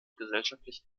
gesellschaftlich